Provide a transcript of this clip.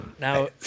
Now